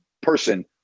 person